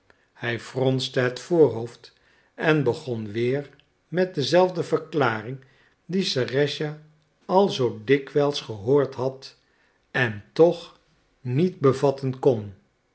hij fronste het voorhoofd en begon weer met dezelfde verklaring die serëscha al zoo dikwijls gehoord had en toch niet bevatten kon